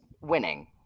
winning